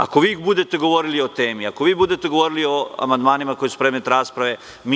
Ako vi budete govorili o temi, i ako vi budete govorili o amandmanima koji su predmet rasprave.